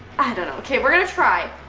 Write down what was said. i don't know. okay, we're gonna try,